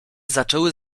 zaczęły